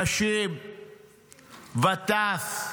נשים וטף,